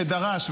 שדרש,